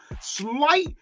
slight